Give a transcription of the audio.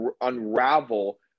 unravel